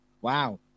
wow